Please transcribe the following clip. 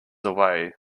away